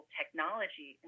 technology